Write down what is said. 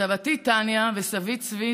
סבתי טניה וסבי צבי,